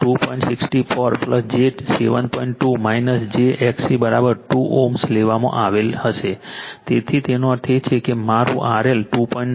2 j XC 2 Ω લેવામાં આવેલ હશે તેથી તેનો અર્થ એ કે મારું RL 2